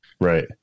Right